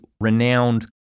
renowned